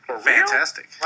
Fantastic